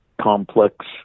complex